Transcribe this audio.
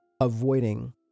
avoiding